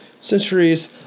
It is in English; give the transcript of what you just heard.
centuries